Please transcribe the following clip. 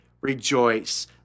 rejoice